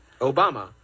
Obama